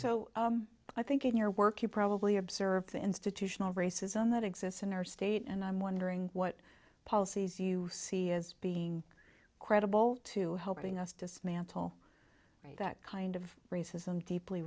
so i think in your work you probably observed the institutional racism that exists in our state and i'm wondering what policies you see as being credible to helping us dismantle that kind of racism deeply